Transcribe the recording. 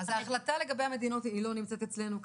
אז ההחלטה לגבי המדינות היא לא נמצאת אצלנו כאן.